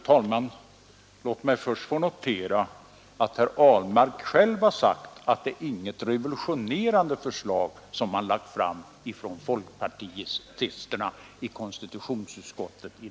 Jag känner mig inte alls träffad av talet om förhalningstaktik.